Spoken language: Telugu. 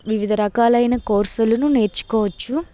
వివిధ రకాలైన కోర్సులను నేర్చుకోవచ్చు